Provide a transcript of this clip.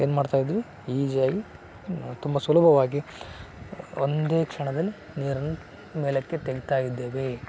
ಏನು ಮಾಡ್ತಾ ಇದ್ವಿ ಈಜಿಯಾಗಿ ತುಂಬ ಸುಲಭವಾಗಿ ಒಂದೇ ಕ್ಷಣದಲ್ಲಿ ನೀರನ್ನು ಮೇಲಕ್ಕೆ ತೆಗೀತಾ ಇದ್ದೇವೆ